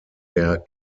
der